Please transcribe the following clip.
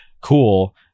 Cool